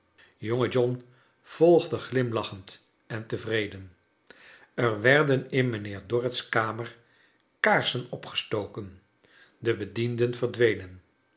jonge john volgde glimlachend en tevreden er werden in mijnheer dorrit's kamer kaarsen opgestoken de bedienden verdwenen